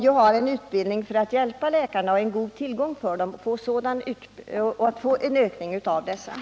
De har ju utbildning för att kunna hjälpa läkarna och utgör en värdefull tillgång.